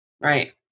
right